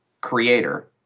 creator